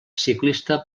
ciclista